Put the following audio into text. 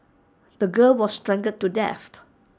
the girl was strangled to death